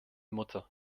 mutter